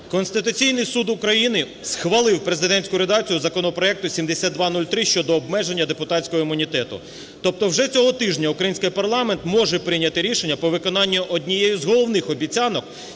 Конституційний Суд України схвалив президентську редакцію законопроекту 7203 щодо обмеження депутатського імунітету. Тобто вже цього тижня український парламент може прийняти рішення по виконанню однієї з головних обіцянок,